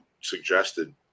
suggested